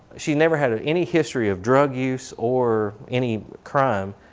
she's never had any history of drug use or any crime,